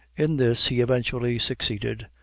in this he eventually succeeded,